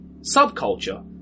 subculture